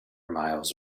miles